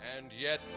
and yet